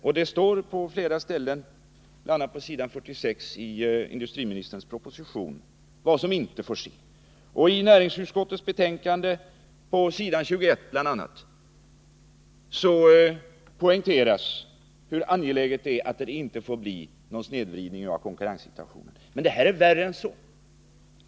Och på flera ställen i industriministerns proposition 1977 78:45, bl.a. på s. 21, poängteras hur angeläget det är att det inte blir någon snedvridning i konkurrenssituationen. Men detta är värre än så.